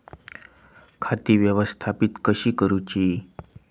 खाती व्यवस्थापित कशी करूची?